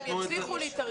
שהם יצליחו להתארגן.